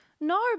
No